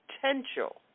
potential